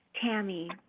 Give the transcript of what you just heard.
Tammy